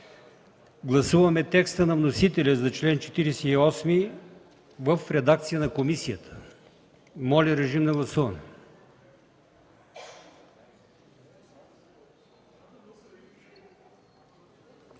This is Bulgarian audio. Гласуваме текста на вносителя за чл. 48 в редакцията на комисията. Моля, режим на гласуване.